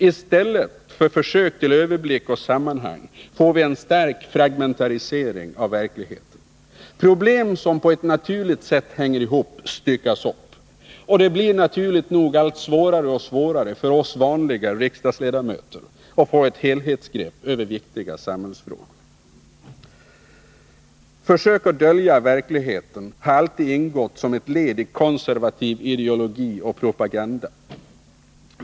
I stället för försök till överblick och sammanhang får vi en stark fragmentarisering av verkligheten. Problem som på ett naturligt sätt hänger samman styckas upp. Det blir allt svårare för oss vanliga riksdagsledamöter att få ett helhétsgrepp över viktiga samhällsfrågor. Försök att dölja verkligheten har alltid ingått som ett led i konservativ ideologi och propaganda.